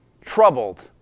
troubled